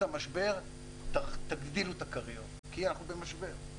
המשבר תגדילו את הכריות כי אנחנו במשבר.